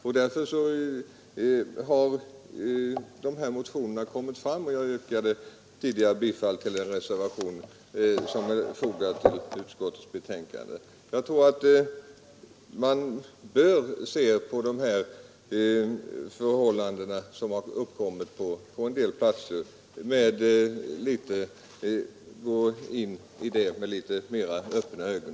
Det är också därför motionerna i frågan har väckts. Jag yrkade tidigare bifall till den reservation som är fogad vid utskottets betänkande. Jag tror att man bör dra lärdom av de förhållanden som har uppkommit på en del platser, så att man i framtiden kan handla med något mera öppna ögon.